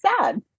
sad